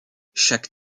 chaque